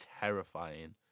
terrifying